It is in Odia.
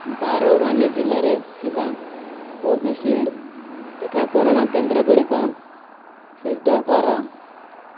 ବାରୱାନୀ ଜିଲ୍ଲାରେ ଥିବା କୋଭିଶିଲ୍ଡ୍ ଟିକାକରଣ କେନ୍ଦ୍ର ଗୁଡ଼ିକ ଫିଲ୍ଟର୍ କର